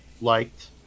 liked